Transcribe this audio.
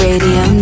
Radio